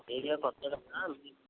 మాకు మీ ఏరియా కొత్త కనుక